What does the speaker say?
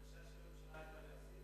בקשת הממשלה היא להסיר?